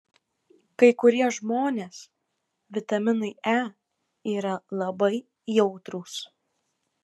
kai kurie žmonės vitaminui e yra labai jautrūs